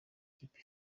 ikipe